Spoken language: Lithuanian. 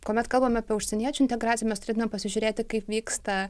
kuomet kalbame apie užsieniečių integraciją mes turėtumėm pasižiūrėti kaip vyksta